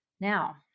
Now